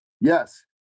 Yes